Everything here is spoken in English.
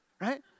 right